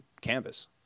canvas